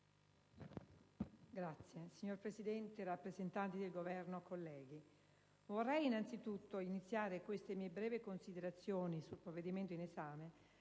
*(IdV)*. Signora Presidente, rappresentanti del Governo, onorevoli colleghi, vorrei anzitutto iniziare queste mie brevi considerazioni sul provvedimento in esame